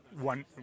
one